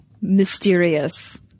mysterious